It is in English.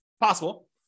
possible